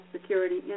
security